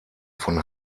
von